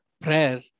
Prayer